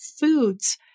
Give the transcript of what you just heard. foods